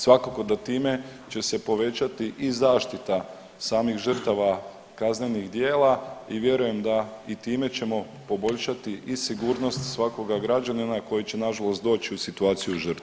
Svakako da time će se povećati i zaštita samih žrtava kaznenih djela i vjerujem da i time ćemo poboljšati i sigurnost svakoga građanina koji će nažalost doći u situaciju žrtve.